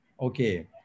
Okay